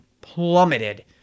plummeted